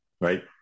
right